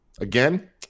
Again